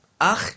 Ach